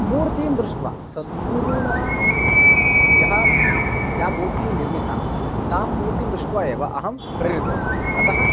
मूर्तिं दृष्ट्वा सद्गुरुणा या या मूर्तिः निर्मिता तां मूर्तिं दृष्ट्वा एव अहं प्रेरितोऽस्मि अतः